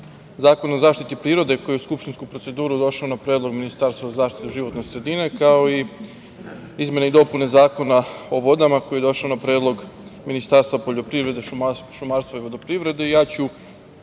Zakon o zaštiti prirode koji je u skupštinsku proceduru došao na predlog Ministarstava za zaštitu životne sredine, kao i izmene i dopune Zakona o vodama, koji je došao na predlog Ministarstva poljoprivrede, šumarstava i vodoprivrede.